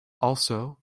also